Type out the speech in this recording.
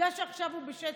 עובדה שעכשיו הוא בשקט,